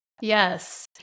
Yes